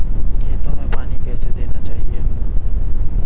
खेतों में पानी कैसे देना चाहिए?